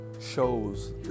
shows